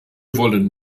wollen